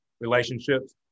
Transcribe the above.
relationships